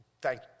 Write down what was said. thank